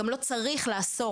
גם לא צריך לאסור,